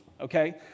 okay